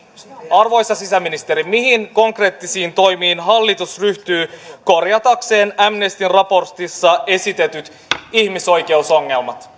arvoisa sisäministeri mihin konkreettisiin toimiin hallitus ryhtyy korjatakseen amnestyn raportissa esitetyt ihmisoikeusongelmat